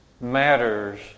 matters